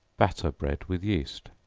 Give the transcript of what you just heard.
batter bread with yeast.